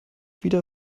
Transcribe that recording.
wieder